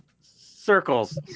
circles